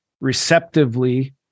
receptively